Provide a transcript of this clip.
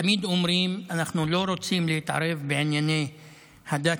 תמיד אומרים: אנחנו לא רוצים להתערב בענייני הדת